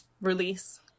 release